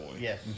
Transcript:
Yes